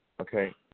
Okay